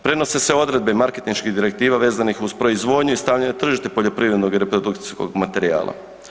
Prenose se odredbe marketinških direktiva vezanih uz proizvodnju i stanja na tržište poljoprivrednog reprodukcijskog materijala.